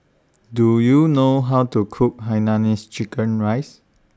Do YOU know How to Cook Hainanese Chicken Rice